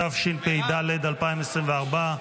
התשפ"ד 2024,